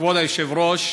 כבוד היושב-ראש,